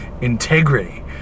integrity